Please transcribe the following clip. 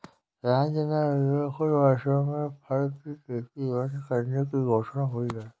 France में अगले कुछ वर्षों में फर की खेती बंद करने की घोषणा हुई है